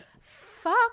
Fuck